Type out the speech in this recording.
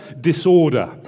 disorder